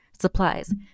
supplies